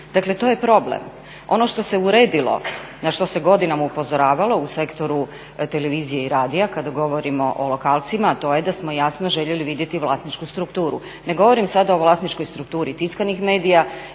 dakle to je problem. Ono što se uredilo na što se godinama upozoravalo u sektoru televizije i radila kada govorimo o lokalcima, a to je da smo jasno željeli vidjeti vlasničku strukturu. Ne govorim sada o vlasničkoj strukturi tiskanih medija